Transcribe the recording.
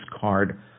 card